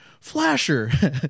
flasher